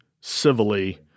civilly